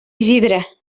isidre